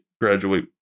graduate